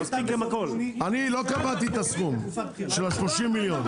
אני לא קבעתי את הסכום של ה-30 מיליון,